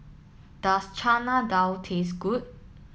does Chana Dal taste good